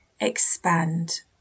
expand